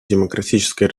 демократическая